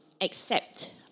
accept